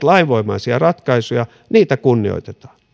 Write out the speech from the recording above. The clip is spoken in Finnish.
lainvoimaisia ratkaisuja niitä kunnioitetaan